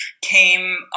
came